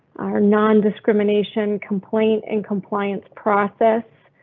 our non discrimination complaint and compliance process.